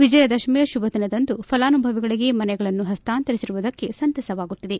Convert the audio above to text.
ವಿಜಯದಶಮಿಯ ಶುಭದಿನದಂದು ಫಲಾನುಭವಿಗಳಿಗೆ ಮನೆಗಳನ್ನು ಹಸ್ತಾಂತರಿಸಿರುವುದಕ್ಕೆ ಸಂತಸವಾಗುತ್ತಿದೆ